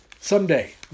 Someday